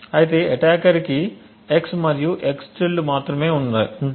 అయితే అటాకర్కి x మరియు x మాత్రమే ఉంటాయి